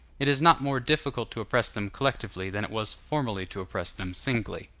it is not more difficult to oppress them collectively than it was formerly to oppress them singly.